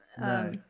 No